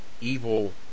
evil